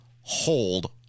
hold